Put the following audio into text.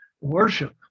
worship